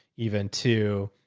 even too.